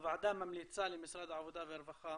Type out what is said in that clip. הוועדה ממליצה למשרד העבודה והרווחה